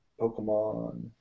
Pokemon